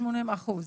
80 אחוז.